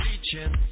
reaching